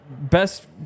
best